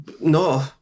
no